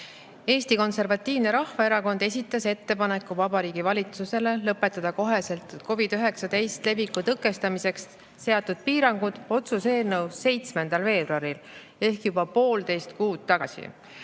Eesti Konservatiivne Rahvaerakond esitas ettepaneku Vabariigi Valitsusele lõpetada koheselt COVID-19 leviku tõkestamiseks seatud piirangud, otsuse eelnõu, 7. veebruaril ehk juba poolteist kuud tagasi.